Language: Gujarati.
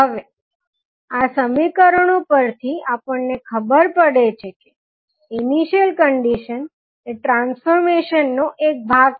હવે આ સમીકરણો પરથી આપણને ખબર પડે છે કે ઇનીશીયલ કંડીશન એ ટ્રાન્સફોર્મેશન નો એક ભાગ છે